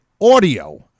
audio